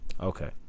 Okay